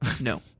No